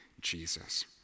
Jesus